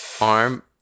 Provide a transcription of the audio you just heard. arm